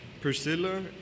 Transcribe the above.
Priscilla